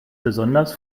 besonders